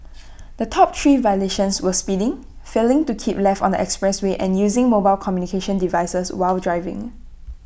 the top three violations were speeding failing to keep left on the expressway and using mobile communications devices while driving